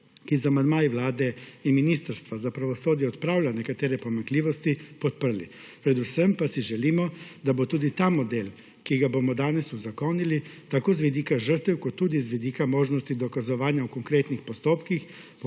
ki z amandmaji Vlade in Ministrstva za pravosodje odpravlja nekatere pomanjkljivosti podprli. Predvsem pa si želimo, da bo tudi ta model, ki ga bomo danes uzakonili tako z vidika žrtev kot tudi z vidika možnosti dokazovanja v konkretnih postopkih